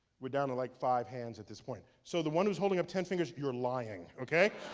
we're down to like five hands at this point. so the one who's holding up ten fingers, you're lying, okay?